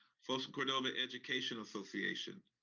folsom cordova education association.